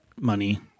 money